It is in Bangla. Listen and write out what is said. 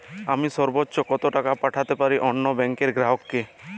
আমি সর্বোচ্চ কতো টাকা পাঠাতে পারি অন্য ব্যাংক র গ্রাহক কে?